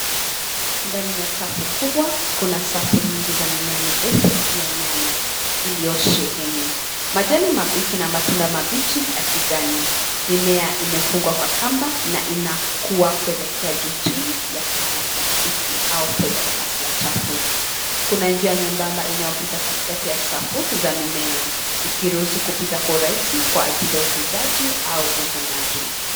Ndani ya chafu kubwa kuna safu nyingi za mimea mirefu ya nyanya, iliyosheheni. Majani mabichi na matunda mabichi ya kijani. Mimea imefungwa kwa kamba na inakuwa kuelekea juu chini ya paa la plastiki au fibre glass ya chafu. Kuna njia nyembamba inayopita katikati ya safu ya mimea ikiruhusu kupita kwa urahisi au kwa ajili ya uvunaji.